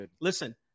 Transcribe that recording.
Listen